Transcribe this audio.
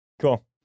Cool